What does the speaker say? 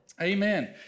Amen